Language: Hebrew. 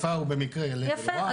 יפה,